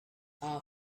are